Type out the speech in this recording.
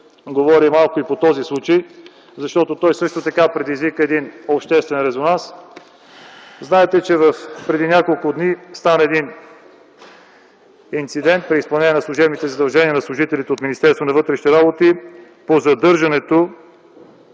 говоря малко и по този случай, защото той предизвика обществен резонанс. Знаете, че преди няколко дни стана инцидент при изпълнение на служебните задължения на служители на Министерството